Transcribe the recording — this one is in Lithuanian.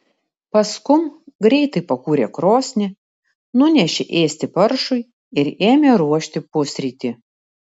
paskum greitai pakūrė krosnį nunešė ėsti paršui ir ėmė ruošti pusrytį